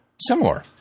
similar